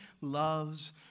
loves